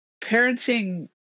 parenting